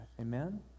Amen